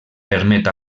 permet